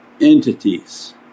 entities